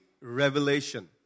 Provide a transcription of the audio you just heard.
revelation